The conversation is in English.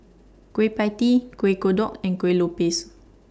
Kueh PIE Tee Kuih Kodok and Kueh Lopes